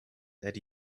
that